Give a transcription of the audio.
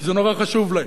וזה נורא חשוב להם.